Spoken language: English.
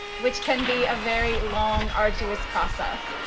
which can be a very long, arduous process.